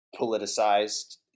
politicized